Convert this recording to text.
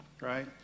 right